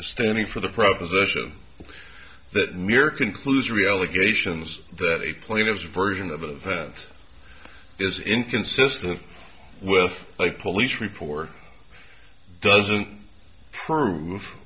standing for the proposition that mere conclusion reallocations that a plane is version of a vet is inconsistent with like police report doesn't prove